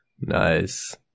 Nice